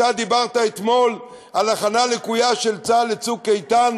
אתה דיברת אתמול על הכנה לקויה של צה"ל ל"צוק איתן"